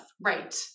Right